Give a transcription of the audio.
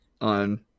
on